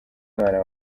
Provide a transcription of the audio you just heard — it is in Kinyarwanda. mwana